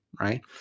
right